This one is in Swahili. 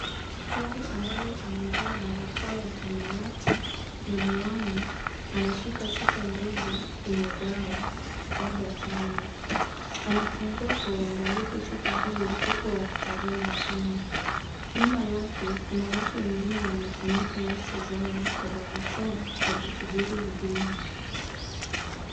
Daktari ambaye amevaa barakoa ya samawati na miwani anashika chupa ndogo yenye dawa labda chanjo. Anafungua kwa uangalifu chupa hiyo huku akitazama chini. Nyuma yake kuna watu wengine wamefunika uso zao kwa barakoa wakisubiri huduma.